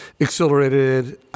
accelerated